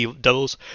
devils